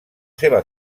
seva